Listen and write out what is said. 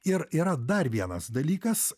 ir yra dar vienas dalykas